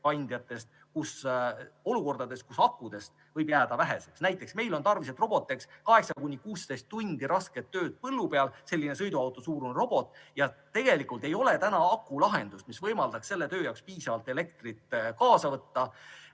energiaandjatest olukordades, kus akudest võib jääda väheks. Näiteks on meil tarvis, et robot teeks 8–16 tundi rasket tööd põllu peal – selline sõiduautosuurune robot –, aga praegu ei ole veel akulahendust, mis võimaldaks selle töö jaoks piisavalt elektrit kaasa võtta.